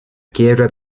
quiebra